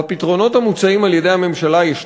בפתרונות המוצעים על-ידי הממשלה יש בעיה.